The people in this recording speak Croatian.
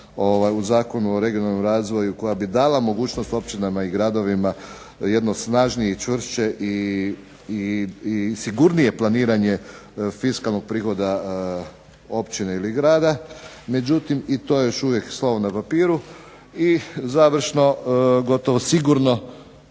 u Zakonu o regionalnom razvoju koja bi dala mogućnost općinama i gradovima jedno snažnije i čvršće i sigurnije planiranje fiskalnog prihoda općine ili grada. Međutim, i to je još uvijek slovo na papiru. I završno, gotovo sigurno